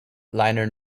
liner